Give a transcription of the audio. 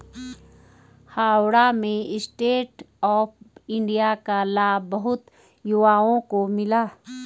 हावड़ा में stand up India का लाभ बहुत युवाओं को मिला